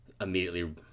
immediately